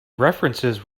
references